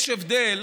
יש הבדל